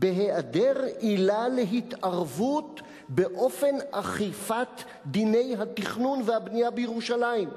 בהיעדר עילה להתערבות באופן אכיפת דיני התכנון והבנייה בירושלים.